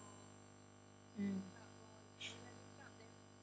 mm